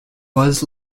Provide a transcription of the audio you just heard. was